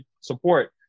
support